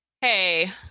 hey